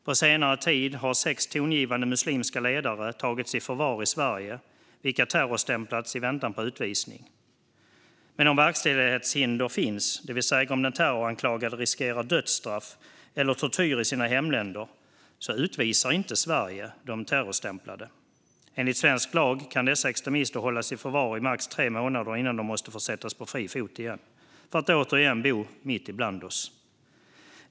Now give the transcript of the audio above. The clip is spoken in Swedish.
På senare tid har sex tongivande muslimska ledare tagits i förvar i Sverige och terrorstämplats i väntan på utvisning. Men om verkställighetshinder finns, det vill säga om de terroranklagade riskerar dödsstraff eller tortyr i sina hemländer, utvisar inte Sverige de terrorstämplade. Enligt svensk lag kan dessa extremister hållas i förvar i max tre månader innan de måste försättas på fri fot igen och återigen får bo mitt ibland oss.